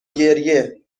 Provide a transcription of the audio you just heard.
گریه